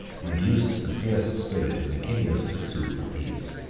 reduced the fierce spirit of licinius to sue for peace.